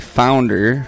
founder